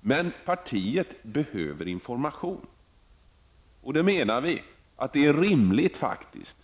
Men partiet behöver information. Vi menar att det faktiskt